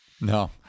No